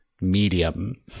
medium